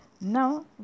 Now